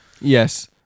Yes